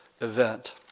event